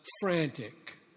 frantic